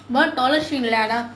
but taller feet இல்லை அதான்:illai athaan